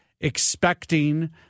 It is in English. expecting